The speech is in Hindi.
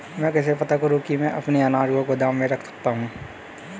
मैं कैसे पता करूँ कि मैं अपने अनाज को गोदाम में रख सकता हूँ?